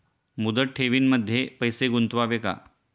मुदत ठेवींमध्ये पैसे गुंतवावे का?